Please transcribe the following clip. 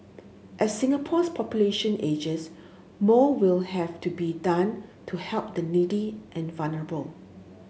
as Singapore's population ages more will have to be done to help the needy and vulnerable